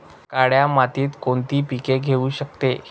काळ्या मातीत कोणती पिके घेऊ शकतो?